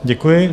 Děkuji.